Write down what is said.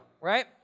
right